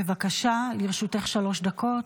בבקשה, לרשותך שלוש דקות.